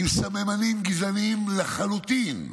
עם סממנים גזעניים לחלוטין,